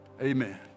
Amen